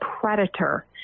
predator